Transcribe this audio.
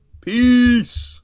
Peace